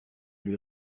lui